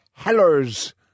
Heller's